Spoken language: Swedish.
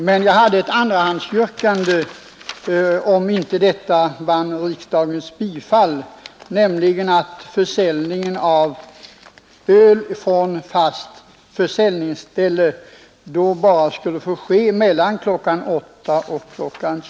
Men jag hade ett andrahandsyrkande, för den händelse detta inte vann riksdagens bifall, nämligen att försäljningen av öl från fast försäljningsställe bara skulle få ske mellan kl. 8 och kl.